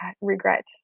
regret